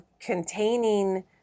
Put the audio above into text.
containing